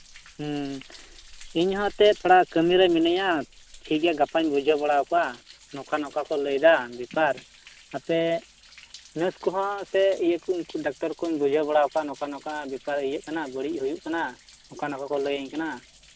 ᱤᱧᱦᱚᱸ ᱮᱱᱛᱮᱫ ᱛᱷᱚᱲᱟ ᱠᱟᱹᱢᱤᱨᱮ ᱢᱤᱱᱟᱹᱧᱟ ᱴᱷᱤᱠ ᱜᱮᱭᱟ ᱜᱟᱯᱟᱧ ᱵᱩᱡᱷᱟᱹᱣ ᱵᱟᱲᱟ ᱠᱚᱣᱟ ᱱᱚᱝᱠᱟ ᱱᱚᱝᱠᱟ ᱠᱚ ᱞᱟᱹᱭ ᱮᱫᱟ ᱵᱮᱯᱟᱨ ᱟᱯᱮ ᱱᱟᱨᱥ ᱠᱚᱦᱚᱸ ᱥᱮ ᱩᱱᱠᱩ ᱰᱟᱠᱴᱟᱨ ᱠᱚᱧ ᱵᱩᱡᱷᱟᱹᱣ ᱵᱟᱲᱟ ᱠᱚᱣᱟ ᱱᱚᱝᱠᱟ ᱱᱚᱝᱠᱟ ᱵᱮᱯᱟᱨ ᱤᱭᱟᱹᱜ ᱠᱟᱱᱟ ᱵᱟᱹᱲᱤᱡ ᱦᱩᱭᱩᱜ ᱠᱟᱱᱟ ᱱᱚᱝᱠᱟ ᱱᱚᱝᱠᱟ ᱠᱚ ᱞᱟᱹᱭᱟᱹᱧ ᱠᱟᱱᱟ